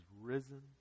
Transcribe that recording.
risen